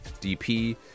DP